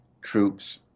troops